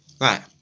right